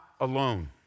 alone